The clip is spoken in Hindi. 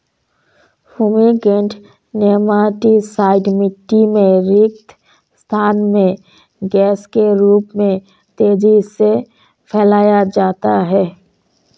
फूमीगेंट नेमाटीसाइड मिटटी में रिक्त स्थान में गैस के रूप में तेजी से फैलाया जाता है